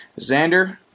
Xander